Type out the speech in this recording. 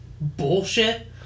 bullshit